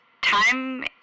time